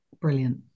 Brilliant